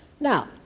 Now